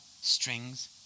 strings